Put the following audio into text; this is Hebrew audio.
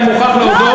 אני מוכרח להודות,